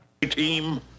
Team